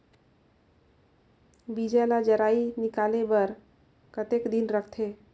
बीजा ला जराई निकाले बार कतेक दिन रखथे?